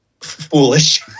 foolish